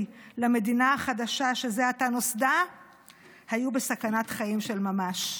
למדינה החדשה שזה עתה נוסדה היו בסכנת חיים של ממש.